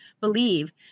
believe